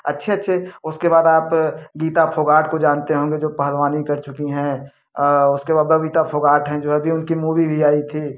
अच्छे अच्छे उसके बाद आप गीता फोगाट को जानते होंगे जो पहलवानी कर चुकी हैं उसके बाद बबिता फोगाट हैं जो अभी उनकी मूवी भी आई थी